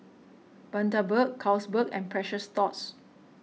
Bundaberg Carlsberg and Precious Thots